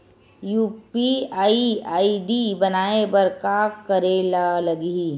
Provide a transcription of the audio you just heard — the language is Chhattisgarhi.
यू.पी.आई आई.डी बनाये बर का करे ल लगही?